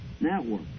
network